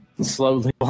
slowly